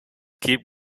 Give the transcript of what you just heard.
keep